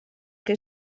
que